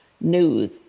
news